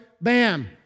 bam